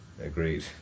Agreed